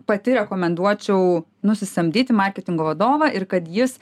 pati rekomenduočiau nusisamdyti marketingo vadovą ir kad jis